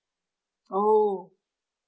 oh